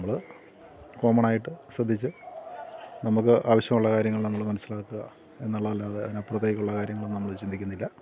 നമ്മൾ കോമണായിട്ട് ശ്രദ്ധിച്ചു നമുക്ക് ആവശ്യമുള്ള കാര്യങ്ങൾ നമ്മൾ മനസ്സിലാക്കുക എന്നുള്ളതല്ലതെ അതിനപ്പുറത്തേക്കുള്ള കാര്യങ്ങളൊന്നും നമ്മൾ ചിന്തിക്കുന്നില്ല